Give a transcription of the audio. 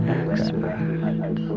expert